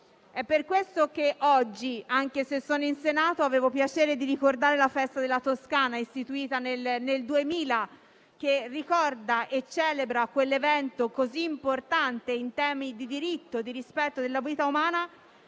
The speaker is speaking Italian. È per questo che oggi, anche se sono in Senato, avevo piacere di ricordare la festa della Toscana, istituita nel 2000, che ricorda e celebra quell'evento, così importante in tema di diritto e di rispetto della vita umana,